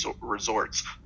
resorts